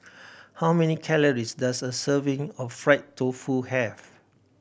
how many calories does a serving of fried tofu have